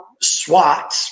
SWAT